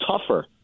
tougher